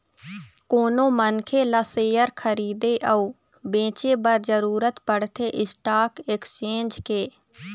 कोनो मनखे ल सेयर खरीदे अउ बेंचे बर जरुरत पड़थे स्टाक एक्सचेंज के